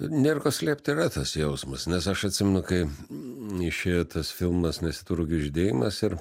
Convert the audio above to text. nėr ko slėpt yra tas jausmas nes aš atsimenu kaip išėjo tas filmas nesėtų rugių žydėjimas ir